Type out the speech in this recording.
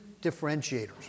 differentiators